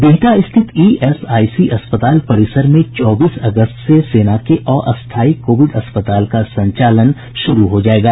बिहटा स्थित ईएसआईसी अस्पताल परिसर में चौबीस अगस्त से सेना के अस्थायी कोविड अस्तपाल का संचालन शुरू हो जायेगा